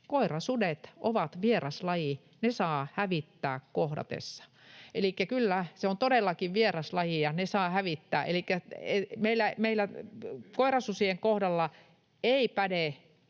koirasudet ovat vieraslaji, ne saa hävittää kohdatessa. Elikkä kyllä, se on todellakin vieraslaji, ja ne saa hävittää. Elikkä meillä koirasusien kohdalla eivät päde